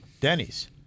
Denny's